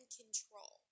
control